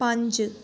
पंज